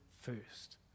first